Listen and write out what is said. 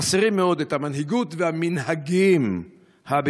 חסרים מאוד את המנהיגות והמנהגים הבגיניסטיים.